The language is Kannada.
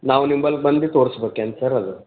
ನಾವು ನಿಮ್ಮಲ್ ಬಂದು ತೋರ್ಸ್ಬೇಕಾ ಏನು ಸರ್ ಅದು